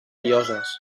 lloses